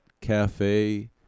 cafe